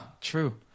true